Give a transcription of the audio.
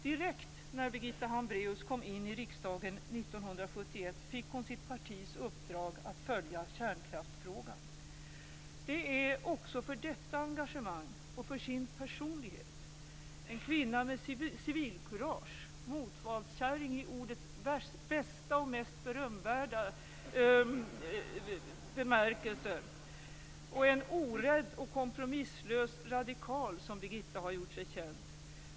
Direkt när Birgitta Hambraeus kom in i riksdagen 1971 fick hon sitt partis uppdrag att följa kärnkraftsfrågan. Det är också för detta engagemang och för sin personlighet - en kvinna med civilkurage, motvallskäring i ordets bästa och mest berömvärda bemärkelse, orädd och kompromisslöst radikal - som Birgitta gjort sig känd.